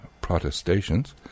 protestations